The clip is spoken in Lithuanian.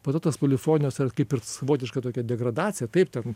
po tos polifonijos ar kaip ir savotiška tokia degradacija taip ten